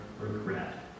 regret